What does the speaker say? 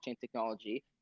technology